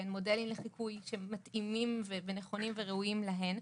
שהן מודלים לחיקוי שהם מתאימים ונכונים וראויים להן.